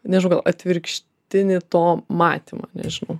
nežinau gal atvirkštinį to matymą nežinau